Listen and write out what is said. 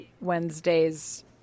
Wednesday's